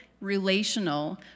relational